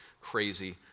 Crazy